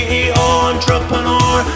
entrepreneur